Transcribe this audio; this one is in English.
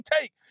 take